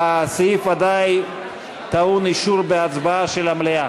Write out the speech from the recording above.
הסעיף ודאי טעון אישור בהצבעה של המליאה.